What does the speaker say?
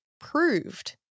proved